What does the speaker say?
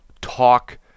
talk